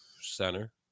Center